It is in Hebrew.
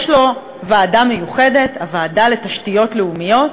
יש לו ועדה מיוחדת, הוועדה לתשתיות לאומיות,